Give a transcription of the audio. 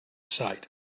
sight